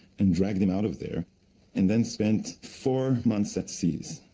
and dragged them out of there and then spent four months at seas,